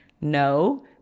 no